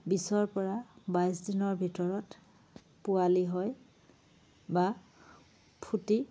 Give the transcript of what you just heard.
বিশৰ পৰা বাইছ দিনৰ ভিতৰত পোৱালি হয় বা ফুটি